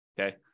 Okay